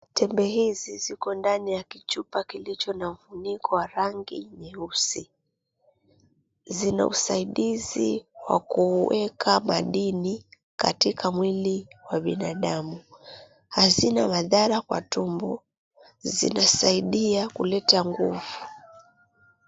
Tembe hizi ziko ndani ya kichupa kilicho na ufuniko wa rangi nyeusi. Zina usaidizi wa kuweka madini katika mwili wa binadamu. Hazina madhara kwa tumbo. Zinasaidia katika kuleta nguvu.